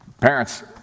Parents